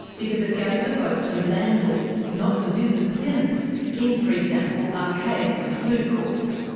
because it gave the votes to landlords, not the business tenants in, for example, arcades and food courts.